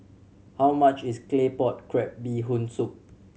how much is Claypot Crab Bee Hoon Soup